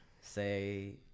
say